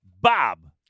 Bob